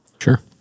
Sure